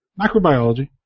microbiology